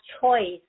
choice